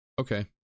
Okay